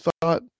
thought